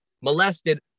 molested